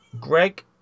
Greg